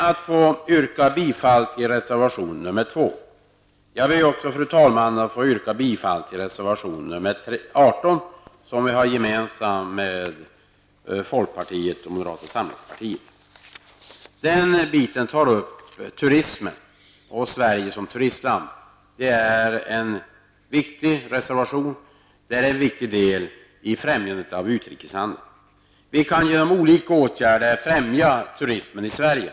Jag yrkar bifall till reservation nr 2 samt till reservation nr 18, vilken vi har gemensamt med folkpartiet och moderata samlingspartiet. Reservation nr 18, som behandlar Sverige som turistland, är viktig. Turismen är ett betydelsefullt led i främjandet av utrikeshandeln. Genom olika åtgärder kan vi främja turismen i Sverige.